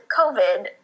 COVID